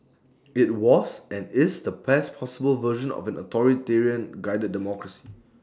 IT was and is the best possible version of an authoritarian guided democracy